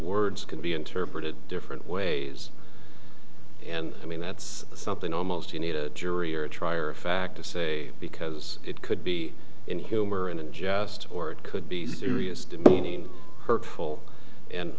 words could be interpreted different ways and i mean that's something almost you need a jury or a trier of fact to say because it could be in humor and just or it could be serious demeaning hurtful